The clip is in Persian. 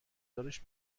دارش